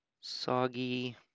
soggy